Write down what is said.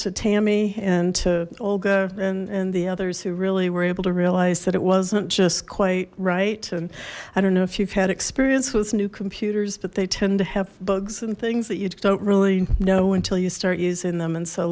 to tammy and to olga and and the others who really were able to realize that it wasn't just quite right and i don't know if you had experience with new computers but they tend to have bugs and things that you don't really know until you start using them and so